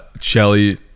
Shelly